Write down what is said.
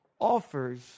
offers